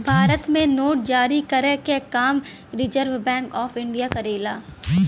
भारत में नोट जारी करे क काम रिज़र्व बैंक ऑफ़ इंडिया करेला